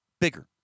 bigger